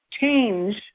change